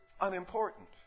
unimportant